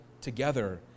together